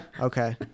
Okay